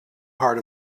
heart